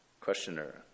Questioner